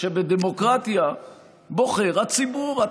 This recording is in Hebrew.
שבדמוקרטיה בוחר הציבור.